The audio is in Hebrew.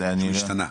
שהשתנה?